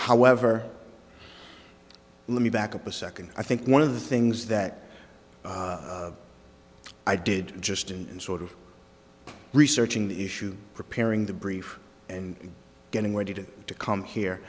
however let me back up a second i think one of the things that i did just and sort of researching the issue preparing the brief and getting ready to to come here